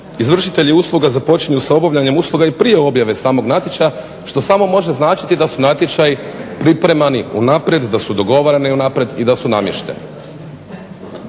izvršitelji usluga započinju sa obavljanjem usluga i prije objave samog natječaja što samo može značiti da su natječaji pripremani unaprijed, da su dogovarani unaprijed i da su namješteni.